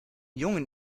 jungen